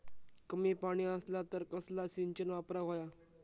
कमी पाणी असला तर कसला सिंचन वापराक होया?